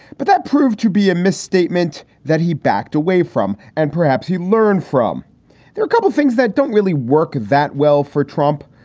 but that proved to be a misstatement that he backed away from. and perhaps he learned from a couple of things that don't really work that well for trump,